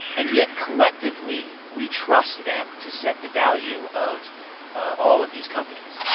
and yet, collectively, we trust them to set the value of all of these companies.